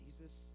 Jesus